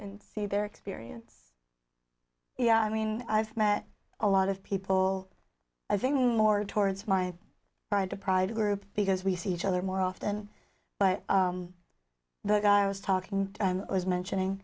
and see their experience yeah i mean i've met a lot of people a thing more towards my deprived group because we see each other more often but the guy i was talking was mentioning